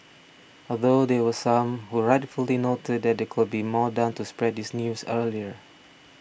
although there were some who rightfully noted that there could be more done to spread this news earlier